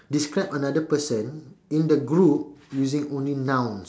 describe another person in the group using only nouns